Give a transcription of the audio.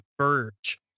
verge